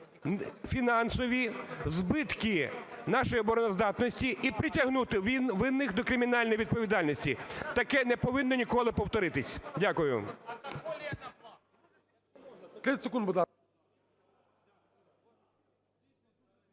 фінансові, збитки нашої обороноздатності і притягнути винних до кримінальної відповідальності. Таке не повинно ніколи повторитись. Дякую.